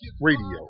Radio